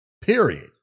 Period